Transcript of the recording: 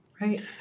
right